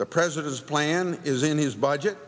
the president's plan is in these budget